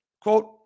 quote